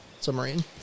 submarine